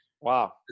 Wow